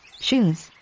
shoes